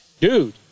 dude